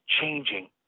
changing